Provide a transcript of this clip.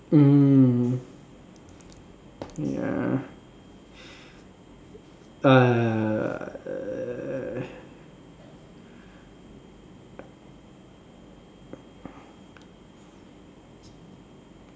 mm ya err